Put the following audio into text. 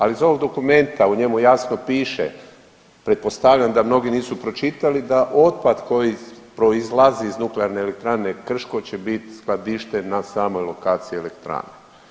Ali iz ovog dokumenta, u njemu jasno piše, pretpostavljam da mnogi nisu pročitali da otpad koji proizlazi iz Nuklearne elektrane Krško će bit skladišten na samoj lokaciji elektrane.